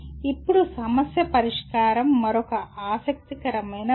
ఇప్పుడు సమస్య పరిష్కారం మరొక ఆసక్తికరమైన విషయం